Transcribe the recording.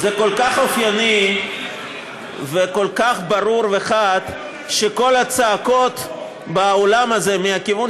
זה כל כך אופייני וכל כך ברור וחד שכל הצעקות באולם הזה מהכיוון